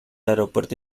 aeropuerto